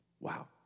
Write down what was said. Wow